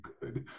good